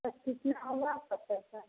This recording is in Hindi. तब कितना हुआ सब पैसा